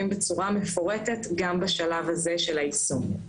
בצורה מפורטת גם בשלב הזה של היישום.